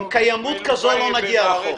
עם קיימות כזו לא נגיע רחוק.